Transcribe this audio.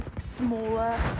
smaller